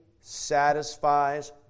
satisfies